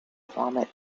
vomit